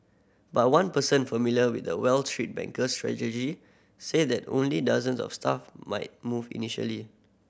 but one person familiar with the Wall Street bank's strategy said that only dozens of staff might move initially